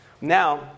Now